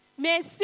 Merci